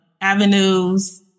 avenues